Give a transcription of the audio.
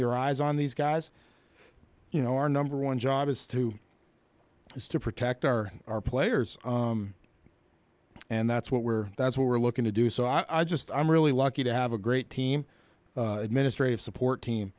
your eyes on these guys you know our number one job is to is to protect our our players and that's what we're that's what we're looking to do so i just i'm really lucky to have a great team administrative support team